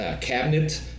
cabinet